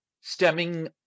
stemming